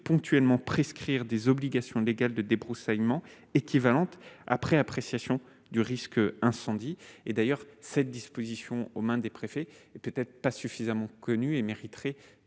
ponctuellement prescrire des obligations légales de débroussaillement équivalente après appréciation du risque incendie. Et d'ailleurs, cette disposition aux mains des préfets et peut-être pas suffisamment connus et mériterait